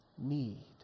need